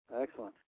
Excellent